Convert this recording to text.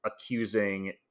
accusing